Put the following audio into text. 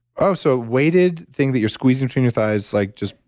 oh, so weighted thing that you're squeezing between your thighs like just,